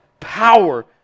power